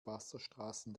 wasserstraßen